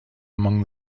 among